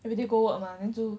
everyday go work mah then 就